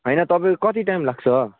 होइन तपाईँ कति टाइम लाग्छ